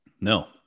no